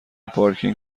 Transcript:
پارکینگ